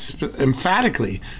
emphatically